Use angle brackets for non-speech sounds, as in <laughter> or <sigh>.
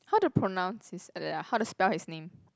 how to pronounce his <noise> how to spell his name